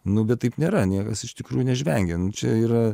nu bet taip nėra niekas iš tikrųjų nežvengia nu čia yra